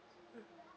mm